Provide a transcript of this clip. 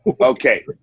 Okay